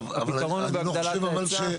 הפתרון הוא בהגדלת ההיצע.